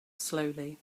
slowly